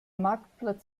marktplatz